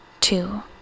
two